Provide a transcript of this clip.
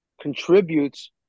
contributes